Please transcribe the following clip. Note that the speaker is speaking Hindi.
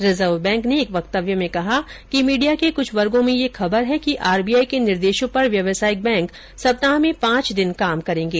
रिजर्व बैंक ने एक वक्तव्य में कहा कि मीडिया के कुछ वर्गो में यह खबर है कि आरबीआई के निर्देशों पर व्यावसायिक बैंक सप्ताह में पांच दिन काम करेंगे